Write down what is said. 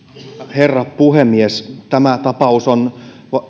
herra puhemies tämä tapaus on